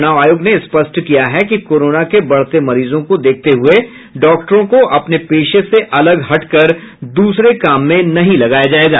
चूनाव आयोग ने स्पष्ट किया है कि कोरोना के बढ़ते मरीजों को देखते हुये डॉक्टरों को अपने पेशे से अलग हटकर द्रसरे काम में नहीं लगाया जायेगा